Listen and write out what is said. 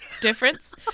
difference